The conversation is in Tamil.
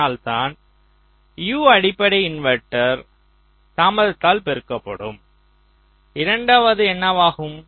அதனால் தான் U அடிப்படை இன்வெர்ட்டர் தாமதத்தால் பெருக்கப்படும் இரண்டாவது என்னவாகும்